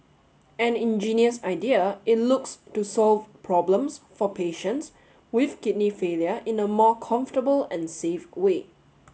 an ingenious idea it looks to solve problems for patients with kidney failure in a more comfortable and safe way